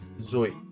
Zoe